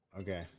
Okay